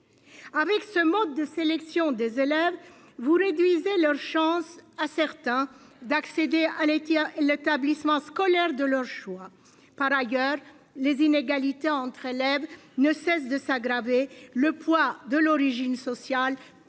Avec ce mode de sélection des élèves vous réduisez leurs chances à certains d'accéder à les tiens. L'établissement scolaire de leur choix. Par ailleurs, les inégalités entre élèves ne cesse de s'aggraver le poids de l'origine sociale se